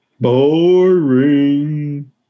Boring